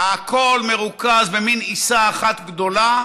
הכול מרוכז במין עיסה אחת גדולה